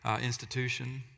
institution